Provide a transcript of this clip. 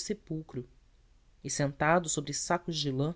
sepulcro e sentado sobre sacos de lã